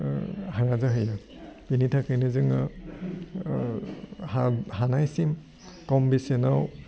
हाया जाहैयो बेनि थाखायनो जोङो हानायसिम खम बेसेनाव